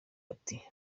ati